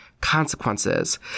consequences